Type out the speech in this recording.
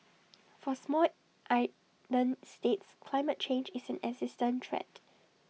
for small island states climate change is an existential threat